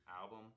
album